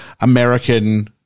American